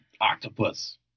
octopus